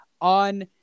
on